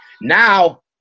Now